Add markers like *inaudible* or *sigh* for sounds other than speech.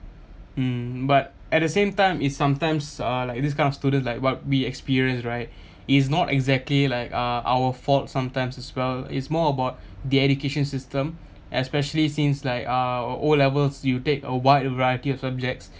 mm but at the same time it's sometimes uh like this kind of student like what we experience right *breath* it's not exactly like uh our fault sometimes as well it's more about the education system especially since like uh O levels you take a wide variety of subjects